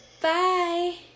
Bye